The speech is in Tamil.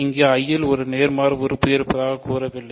இங்கு I இல் ஒரு நேர்மாறு உறுப்பு இருப்பதாகக் கூறவில்லை